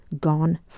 gone